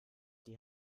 die